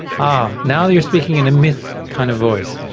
ah, now you're speaking in a myth kind of voice,